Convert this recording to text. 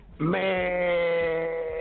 Man